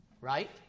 right